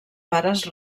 pares